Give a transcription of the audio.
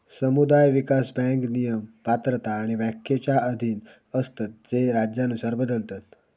समुदाय विकास बँक नियम, पात्रता आणि व्याख्येच्या अधीन असतत जे राज्यानुसार बदलतत